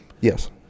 Yes